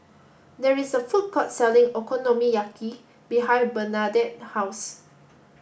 there is a food court selling Okonomiyaki behind Bernadette's house